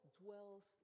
dwells